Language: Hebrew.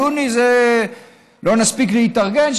לא נספיק להתארגן,